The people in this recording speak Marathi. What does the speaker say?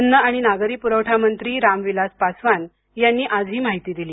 अन्न आणि नागरी पुरवठा मंत्री राम विलास पासवान यांनी आज ही माहिती दिली